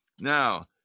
Now